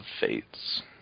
fates